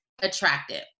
attractive